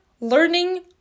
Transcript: learning